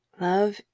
Love